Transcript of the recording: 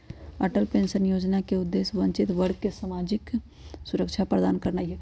Atal pension जोजना के उद्देश्य वंचित वर्गों के सामाजिक सुरक्षा प्रदान करनाइ हइ